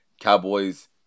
Cowboys